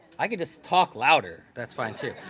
i can just talk louder. that's fine too.